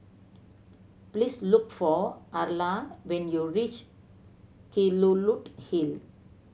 please look for Arla when you reach Kelulut Hill